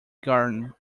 garden